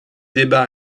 débats